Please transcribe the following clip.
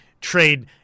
trade